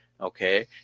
Okay